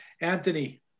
Anthony